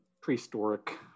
prehistoric